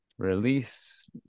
release